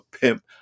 pimp